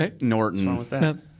Norton